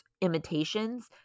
imitations